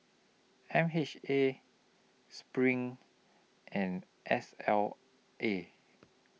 M H A SPRING and S L A